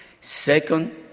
Second